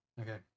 Okay